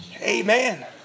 Amen